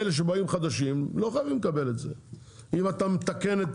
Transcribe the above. אלה שבאים חדשים לא חייבים לקבל את זה אם אתה מתקן את